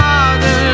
Father